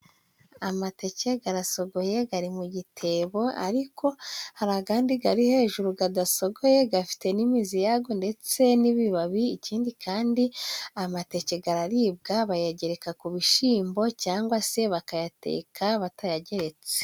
Amateke garasogoye, gari mu gitebo, ariko hari agandi gari hejuru, gadasogoye, gafite n’imizi yago ndetse n’ibibabi. Ikindi kandi, amateke gararibwa bayagereka ku bishimbo, cyangwa se bakayateka batayageretse.